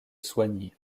soignies